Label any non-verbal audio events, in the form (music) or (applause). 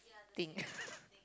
thing (noise)